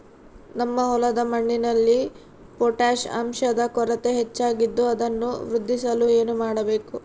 ನಮ್ಮ ಹೊಲದ ಮಣ್ಣಿನಲ್ಲಿ ಪೊಟ್ಯಾಷ್ ಅಂಶದ ಕೊರತೆ ಹೆಚ್ಚಾಗಿದ್ದು ಅದನ್ನು ವೃದ್ಧಿಸಲು ಏನು ಮಾಡಬೇಕು?